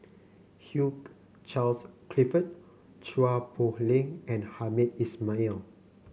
Hugh Charles Clifford Chua Poh Leng and Hamed Ismail